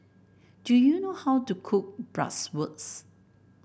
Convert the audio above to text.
do you know how to cook Bratwurst